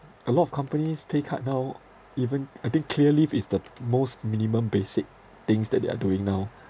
a lot of companies pay cut now even I think clear leave is the most minimum basic things that they are doing now